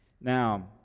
Now